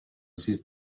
this